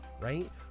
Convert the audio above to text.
right